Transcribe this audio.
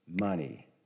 money